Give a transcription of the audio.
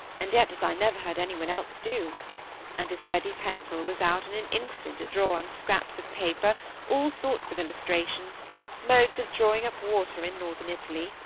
and yet as i never heard any one else do and his ready pencil was out in an instant to draw on scraps of paper all sorts of illustrations modes of drawing up water in northern italy,